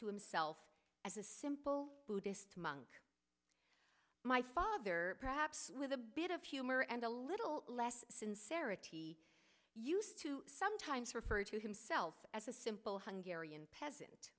to himself as a simple buddhist monk my father perhaps with a bit of humor and a little less sincerity used to sometimes refer to himself as a simple one garion peasant